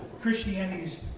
Christianity's